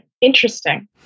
interesting